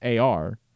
AR